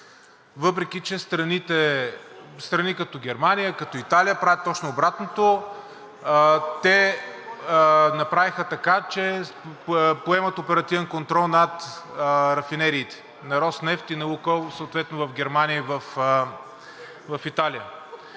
въпреки че страни като Германия, като Италия правят точно обратното. Те направиха така, че поемат оперативен контрол над рафинериите на „Роснефт“ и на „Лукойл“ съответно в Германия и в Италия.